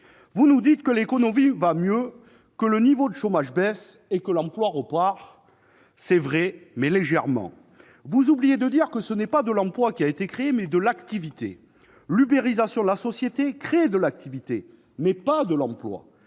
Vous nous dites que l'économie va mieux, que le niveau de chômage baisse et que l'emploi repart. C'est vrai, mais légèrement ... Vous oubliez de dire que ce qui a été créé est non pas de l'emploi, mais de l'activité. L'uberisation de la société crée de l'activité, mais pas de l'emploi.